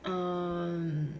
err